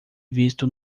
visto